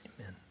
Amen